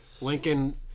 Lincoln